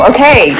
Okay